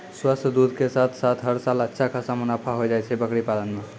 स्वस्थ दूध के साथॅ साथॅ हर साल अच्छा खासा मुनाफा होय जाय छै बकरी पालन मॅ